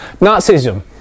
Nazism